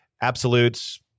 Absolutes